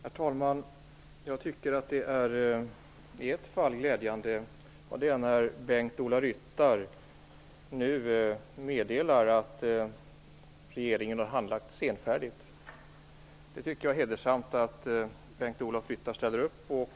Herr talman! Jag tycker att detta är glädjande i ett fall, och det är att Bengt-Ola Ryttar nu medger att regeringen har handlagt detta senfärdigt. Jag tycker att det är hedersamt att Bengt-Ola Ryttar ställer upp på det.